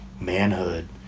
manhood